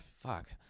fuck